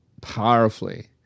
powerfully